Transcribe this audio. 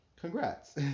Congrats